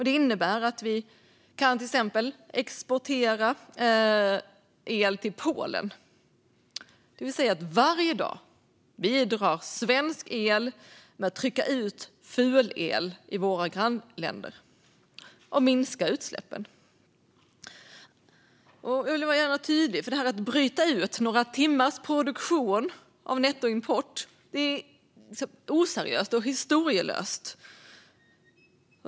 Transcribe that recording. Det innebär att vi till exempel kan exportera el till Polen. Varje dag bidrar svensk el till att trycka ut fulel i våra grannländer och minska utsläppen. Här vill jag vara tydlig. Att bryta ut några timmars produktion av nettoimport är oseriöst och historielöst.